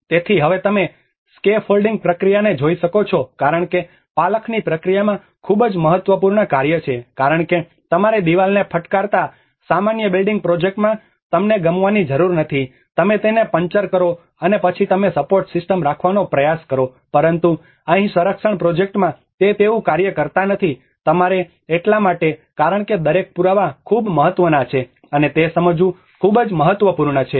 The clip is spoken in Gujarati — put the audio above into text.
તેથી હવે તમે સ્કેફોલ્ડિંગ પ્રક્રિયાને જોઈ શકો છો કારણ કે પાલખની પ્રક્રિયામાં ખૂબ જ મહત્વપૂર્ણ કાર્ય છે કારણ કે તમારે દિવાલને ફટકારતા સામાન્ય બિલ્ડિંગ પ્રોજેક્ટમાં તમને ગમવાની જરૂર નથી તમે તેને પંચર કરો અને પછી તમે સપોર્ટ સિસ્ટમ રાખવાનો પ્રયાસ કરો પરંતુ અહીં સંરક્ષણ પ્રોજેક્ટમાં તે તેવું કાર્ય કરતા નથી તમારે એટલા માટે કારણ કે દરેક પુરાવા ખૂબ મહત્ત્વના છે અને તે સમજવું ખૂબ જ મહત્વપૂર્ણ છે